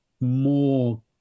more